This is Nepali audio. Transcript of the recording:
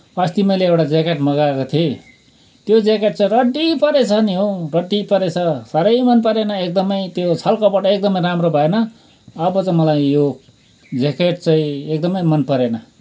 अस्ति मैले एउटा ज्याकेट मगाएको थिएँ त्यो ज्याकेट चाहिँ रड्डी परेछ नि हो रड्डी परेछ साह्रै मन परेन एकदमै त्यो छलकपट एकदमै राम्रो भएन अब चाहिँ मलाई यो ज्याकेट चाहिँ एकदमै मन परेन